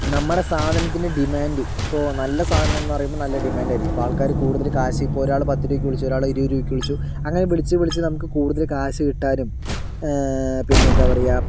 നമ്മുടെ സാധനത്തിൻ്റെ ഡിമാൻഡ് ഇപ്പോൾ നല്ല സാധനം എന്ന് പറയുമ്പോൾ നല്ല ഡിമാൻഡ് ആയിരിക്കും ഇപ്പോൾ ആൾക്കാർ കൂടുതൽ കാശ് ഒരാൾ പത്ത് രൂപയ്ക്ക് വിളിച്ചു ഒരാൾ ഇരുപത് രൂപയ്ക്ക് വിളിച്ചു അങ്ങനെ വിളിച്ചു വിളിച്ചു നമ്മൾക്ക് കൂടുതൽ കാശ് കിട്ടാനും പിന്നെന്താ പറയുക